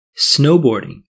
snowboarding